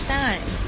time